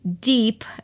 deep